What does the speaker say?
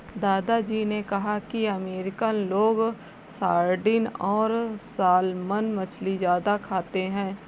दादा जी ने कहा कि अमेरिकन लोग सार्डिन और सालमन मछली ज्यादा खाते हैं